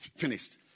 finished